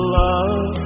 love